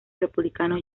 republicano